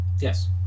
Yes